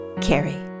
Carrie